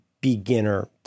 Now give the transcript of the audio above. beginner